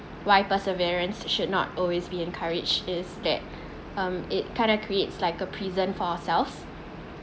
why perseverance should not always be encouraged is that um it kind of creates like a prison for ourselves